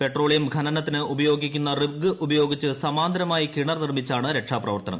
petroleum ഖനനത്തിന് ഉപയോഗിക്കുന്ന rig ഉപയോഗിച്ച് സമാന്തരമായി കിണർ നിർമ്മിച്ചാണ് രക്ഷാപ്രവർത്തനം